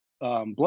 blood